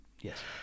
Yes